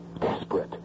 desperate